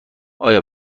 آیا